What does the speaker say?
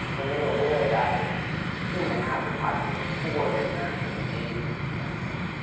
they're made aware of that in the advertisement before they actually engage with the campaign.